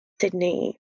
Sydney